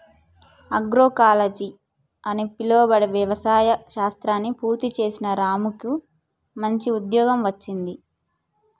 agroecology అని పిలువబడే వ్యవసాయ శాస్త్రాన్ని పూర్తి చేసిన రాముకు మంచి ఉద్యోగం వచ్చింది